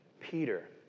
Peter